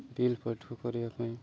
bill ପଇଠ କରିବା ପାଇଁ